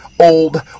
Old